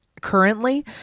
currently